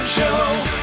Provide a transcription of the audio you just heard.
Show